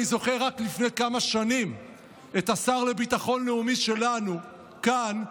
אני זוכר רק לפני כמה שנים את השר לביטחון לאומי שלנו כאן,